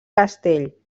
castell